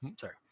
sorry